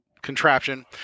contraption